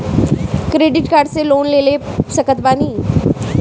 Credit card से loan ले सकत बानी?